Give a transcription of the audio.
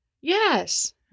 Yes